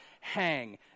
hang